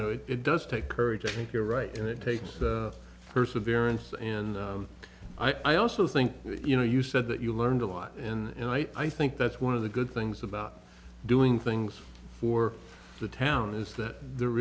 know it does take courage i think you're right and it takes perseverance and i also think you know you said that you learned a lot and i think that's one of the good things about doing things for the town is that there